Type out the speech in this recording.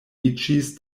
iĝis